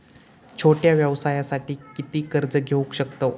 छोट्या व्यवसायासाठी किती कर्ज घेऊ शकतव?